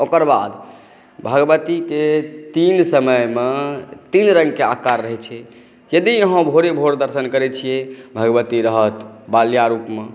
ओकर बाद भगवतीके तीन समयमे तीन रंगके आकार रहै छै यदि अहाँ भोरे भोर दर्शन करै छियै भगवती रहत बाल्या रूपमे